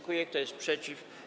Kto jest przeciw?